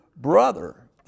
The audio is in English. brother